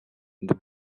the